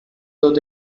though